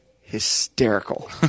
hysterical